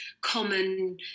common